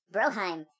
Broheim